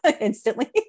instantly